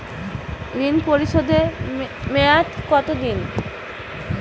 ঋণ পরিশোধের মেয়াদ কত দিন?